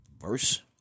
Verse